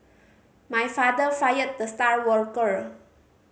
my father fired the star worker